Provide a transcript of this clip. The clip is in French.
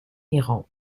iran